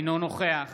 אינו נוכח